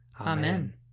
Amen